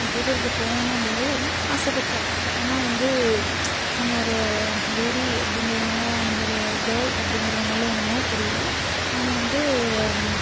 நான் தேட்டருக்கு போகணும் அப்டிங்கிறது ரொம்ப ஆசைப்பட்டேன் ஆனால் வந்து நம்ம ஒரு அது லேடி அப்டிங்கிறதுனால நம்ம ஒரு கேர்ள் அப்படிங்கிறதுனால என்னமோ தெரியல நம்ம வந்து